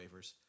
waivers